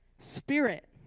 Spirit